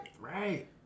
Right